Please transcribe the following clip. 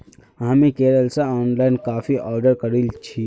हामी केरल स ऑनलाइन काफी ऑर्डर करील छि